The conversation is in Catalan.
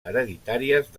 hereditàries